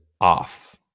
off